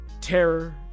terror